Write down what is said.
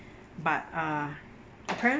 but uh